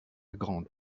grande